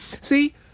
See